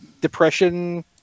depression